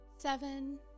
Seven